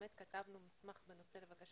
אכן לבקשת הוועדה כתבנו מסמך בנושא.